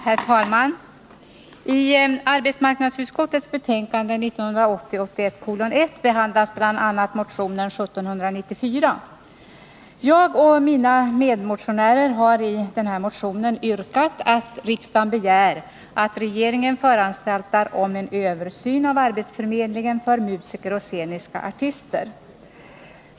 Herr talman! I arbetsmarknadsutskottets betänkande 1980/81:1 behandlas bl.a. motion 1794. Jag och mina medmotionärer har i denna motion yrkat att riksdagen begär att regeringen föranstaltar om en översyn av arbetsförmedlingen för musiker och sceniska artister.